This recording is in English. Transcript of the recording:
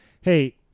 Hey